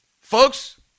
folks